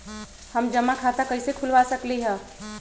हम जमा खाता कइसे खुलवा सकली ह?